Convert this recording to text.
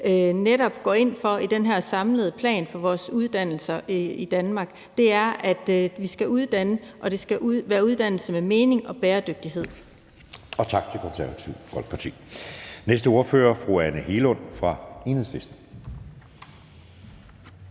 går ind for i den samlede plan for vores uddannelser i Danmark, er, at vi skal uddanne, og at det skal være uddannelse med mening og bæredygtighed. Kl. 15:16 Anden næstformand (Jeppe Søe): Tak til Det Konservative Folkeparti. Næste ordfører er fru Anne Hegelund fra Enhedslisten.